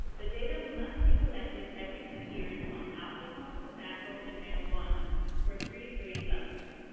the data must be collected every two years on alcohol, tobacco, and marijuana for three grade levels,